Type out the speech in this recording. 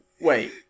Wait